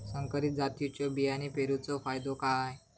संकरित जातींच्यो बियाणी पेरूचो फायदो काय?